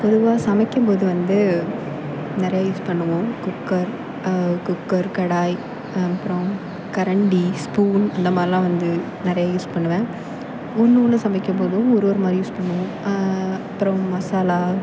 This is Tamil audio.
பொதுவாக சமைக்கும்போது வந்து நிறைய யூஸ் பண்ணுவோம் குக்கர் குக்கர் கடாய் அப்புறம் கரண்டி ஸ்பூன் அந்தமாதிரில்லாம் வந்து நிறைய யூஸ் பண்ணுவேன் ஒன்று ஒன்று சமைக்கும்போதும் ஒரு ஒருமாதிரி யூஸ் பண்ணுவோம் அப்புறம் மசாலா